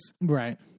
right